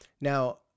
Now